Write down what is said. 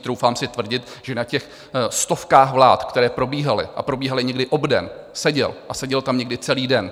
Troufám si tvrdit, že na stovkách vlád, které probíhaly, a probíhaly někdy obden, seděl a seděl tam někdy i celý den.